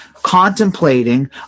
contemplating